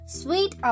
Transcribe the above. sweet